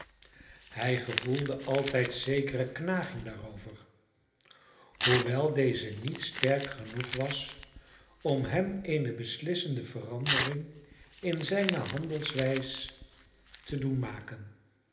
hij gevoelde altijd zekere knaging daarover hoewel deze niet sterk genoeg was om hem eene beslissende verandering in zijne handelwijs te doen maken